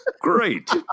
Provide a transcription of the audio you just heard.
Great